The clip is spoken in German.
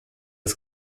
das